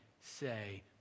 say